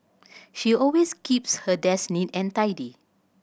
she always keeps her desk neat and tidy